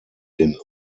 den